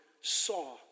saw